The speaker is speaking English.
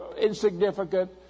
insignificant